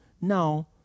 now